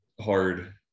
hard